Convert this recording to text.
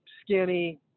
skinny